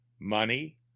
money